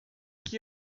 que